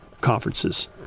conferences